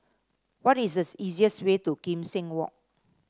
what is the easiest way to Kim Seng Walk